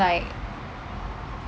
like